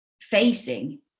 facing